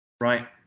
Right